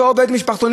אותו עובד במשפחתונים,